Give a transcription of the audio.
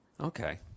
Okay